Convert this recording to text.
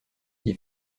qui